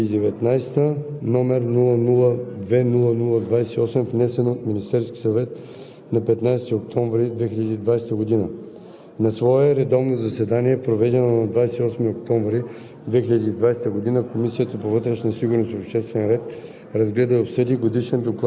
Уважаеми господин Председател, уважаеми колеги, предлагам на вниманието Ви „СТАНОВИЩЕ относно Годишен доклад за младежта за 2019 г., № 002-00-28, внесен от Министерския съвет на 15 октомври 2020 г.